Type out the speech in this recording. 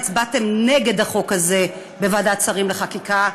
הצבעתם נגד החוק הזה בוועדת השרים לענייני חקיקה,